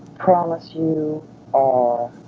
promise you or